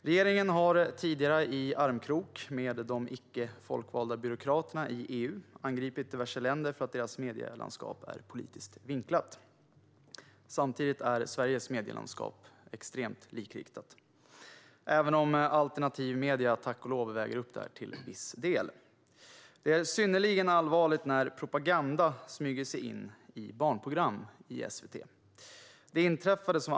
Regeringen har tidigare, i armkrok med de icke folkvalda byråkraterna i EU, angripit diverse länder för att deras medielandskap är politiskt vinklat. Samtidigt är Sveriges medielandskap extremt likriktat, även om alternativa medier, tack och lov, till viss del väger upp det. Det är synnerligen allvarligt när propaganda smyger sig in i barnprogram i SVT.